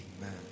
Amen